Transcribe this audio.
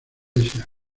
iglesia